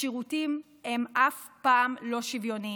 השירותים הם אף פעם לא שוויוניים: